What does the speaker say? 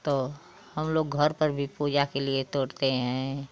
तो हम लोग घर पर भी पूजा के लिए तोड़ते हैं